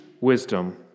wisdom